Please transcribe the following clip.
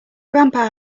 grandpa